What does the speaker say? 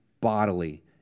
bodily